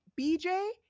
bj